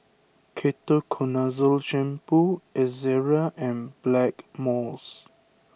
Ketoconazole Shampoo Ezerra and Blackmores